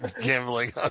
gambling